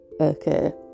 okay